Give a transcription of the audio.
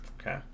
okay